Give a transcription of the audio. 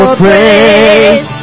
praise